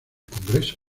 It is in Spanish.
congreso